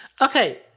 Okay